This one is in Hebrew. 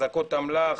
החזקות אמל"ח,